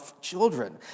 children